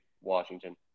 Washington